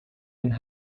and